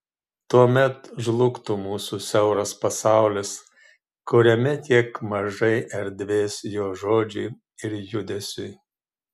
tuomet žlugtų mūsų siauras pasaulis kuriame tiek mažai erdvės jo žodžiui ir judesiui